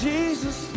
Jesus